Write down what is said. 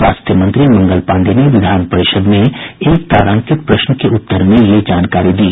स्वास्थ्य मंत्री मंगल पांडेय ने विधान परिषद में एक तारांकित प्रश्न के उत्तर में यह जानकारी दी